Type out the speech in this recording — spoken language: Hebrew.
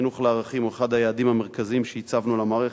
החינוך לערכים הוא אחד היעדים המרכזיים שהצבנו למערכת,